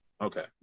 Okay